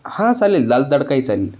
हां चालेल दाल तडकाही चालेल